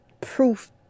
proof